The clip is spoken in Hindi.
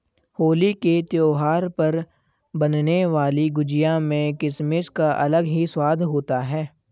होली के त्यौहार पर बनने वाली गुजिया में किसमिस का अलग ही स्वाद होता है